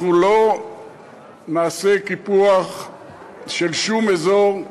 אנחנו לא נעשה קיפוח של שום אזור,